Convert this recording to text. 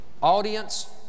audience